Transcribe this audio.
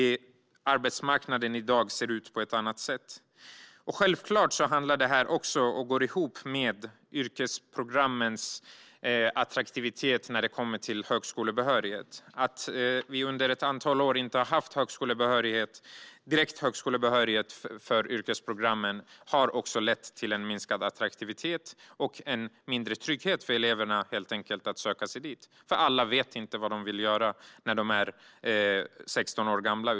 Arbetsmarknaden ser i dag ut på ett annat sätt. Självklart handlar detta också om, och går ihop med, yrkesprogrammens attraktivitet när det gäller högskolebehörighet. Att vi under ett antal år inte har haft direkt högskolebehörighet för yrkesprogrammen har lett till minskad attraktivitet och mindre trygghet för eleverna. Alla vet inte vad de vill göra när de är 16 år gamla.